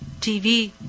TV